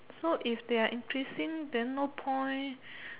so if they are increasing then no point